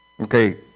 Okay